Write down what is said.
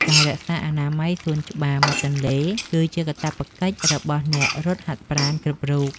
ការរក្សាអនាម័យសួនច្បារមាត់ទន្លេ គឺជាកាតព្វកិច្ចរបស់អ្នករត់ហាត់ប្រាណគ្រប់រូប។